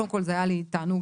היה לי תענוג,